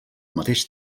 mateix